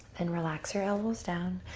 and relax your elbows down.